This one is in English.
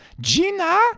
Gina